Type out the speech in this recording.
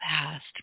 past